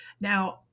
Now